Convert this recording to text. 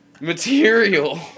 material